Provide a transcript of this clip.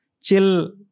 chill